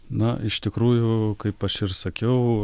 na iš tikrųjų kaip aš ir sakiau